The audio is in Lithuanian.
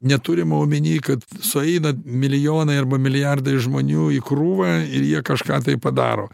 neturima omeny kad sueina milijonai arba milijardai žmonių į krūvą ir jie kažką tai padaro